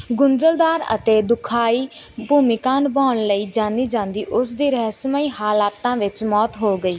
ਗੁੰਝਲਦਾਰ ਅਤੇ ਦੁਖਦਾਈ ਭੂਮਿਕਾ ਨਿਭਾਉਣ ਲਈ ਜਾਣੀ ਜਾਂਦੀ ਉਸ ਦੀ ਰਹੱਸਮਈ ਹਾਲਾਤਾਂ ਵਿੱਚ ਮੌਤ ਹੋ ਗਈ